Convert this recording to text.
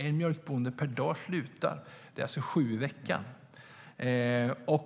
En mjölkbonde per dag slutar - det är alltså sju i veckan.